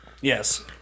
Yes